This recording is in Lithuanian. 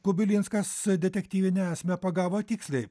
kubilinskas detektyvinę esmę pagavo tiksliai